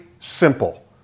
simple